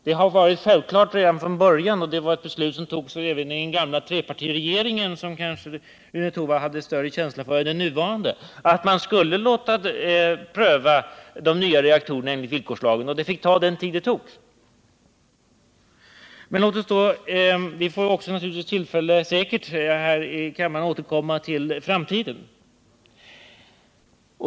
Det har från början varit självklart, och redan den gamla trepartiregeringen — som Rune Torwald kanske har större känsla för än för den nuvarande — fattade beslut om detta, att man skulle låta pröva de nya reaktorerna enligt villkorslagen, och detta skulle få ta den tid det tog. Vi kommer säkert att få tillfälle att återkomma till de här frågorna också i framtiden.